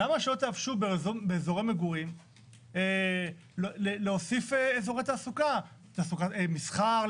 למה שלא תאפשרו באזורי מגורים להוסיף אזורי תעסוקה מסחר,